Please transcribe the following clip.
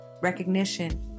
recognition